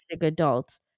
adults